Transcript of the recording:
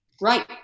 right